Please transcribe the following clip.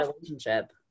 relationship